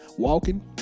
Walking